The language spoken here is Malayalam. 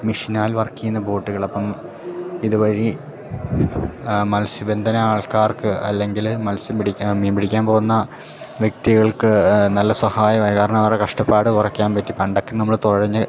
മെഷിനാൽ വർക്ക് ചെയ്യുന്ന ബോട്ട്കളപ്പം ഇത് വഴി മൽസ്യ ബന്ധനം ആൾക്കാർക്ക് അല്ലെങ്കിൽ മൽസ്യം പിടിക്കാൻ മീൻ പിടിക്കാൻ പോകുന്ന വ്യക്തികൾക്ക് നല്ല സഹായം ആയി കാരണം അവരുടെ കഷ്ടപ്പാട് കുറക്കാൻ പറ്റി പണ്ടൊക്കെ നമ്മൾ തുഴഞ്ഞ്